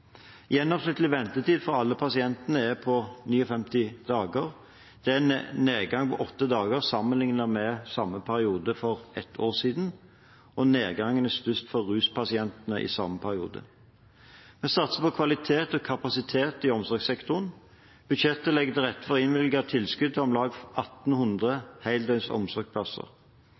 Gjennomsnittlig ventetid for alle pasienter er på 59 dager. Det er en nedgang på åtte dager, sammenlignet med samme periode for et år siden. Nedgangen er i samme periode størst for ruspasienter. Vi satser på kvalitet og kapasitet i omsorgssektoren. Budsjettet legger til rette for å innvilge tilskudd til om lag 1 800 heldøgns omsorgsplasser.